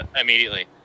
immediately